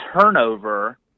turnover